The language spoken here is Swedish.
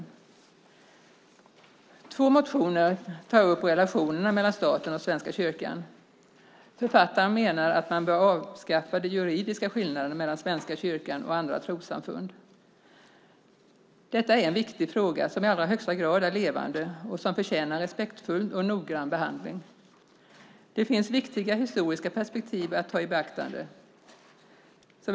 I två motioner tas relationerna mellan staten och Svenska kyrkan upp. Författaren menar att man bör avskaffa de juridiska skillnaderna mellan Svenska kyrkan och andra trossamfund. Detta är en viktig fråga som i allra högsta grad är levande och som förtjänar respektfull och noggrann behandling. Det finns viktiga historiska perspektiv att ta i beaktande.